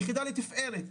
יחידה לתפארת,